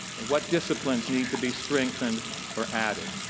and what disciplines need to be strengthened or added?